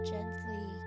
Gently